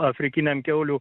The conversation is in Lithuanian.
afrikiniam kiaulių